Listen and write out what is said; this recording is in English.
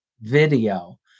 video